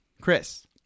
Chris